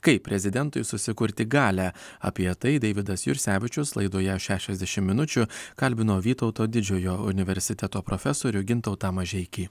kaip prezidentui susikurti galią apie tai deividas jursevičius laidoje šešiasdešimt minučių kalbino vytauto didžiojo universiteto profesorių gintautą mažeikį